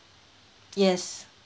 yes